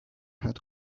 had